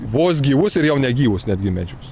vos gyvus ir jau negyvus netgi medžius